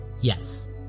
Yes